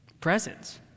Presence